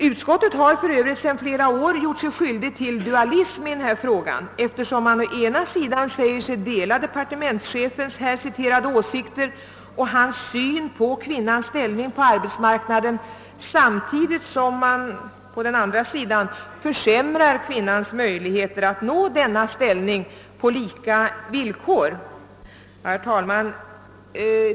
Utskottet har för övrigt sedan flera år gjort sig skyldigt till dualism i den här frågan, eftersom det å ena sidan säger sig dela departementschefens här citerade åsikter och hans syn på kvinnans ställning på arbetsmarknaden, samtidigt som det å andra sidan försämrar hennes möjligheter att nå denna ställning på lika villkor. Herr talman!